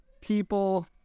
people